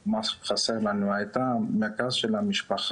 כמה היא חסרה לנו, היא הייתה המרכז של המשפחה,